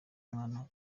umwana